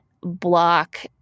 block